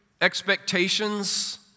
expectations